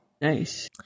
Nice